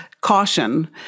caution